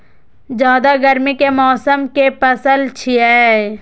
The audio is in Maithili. जायद गर्मी के मौसम के पसल छियै